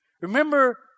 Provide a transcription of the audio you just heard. Remember